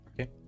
okay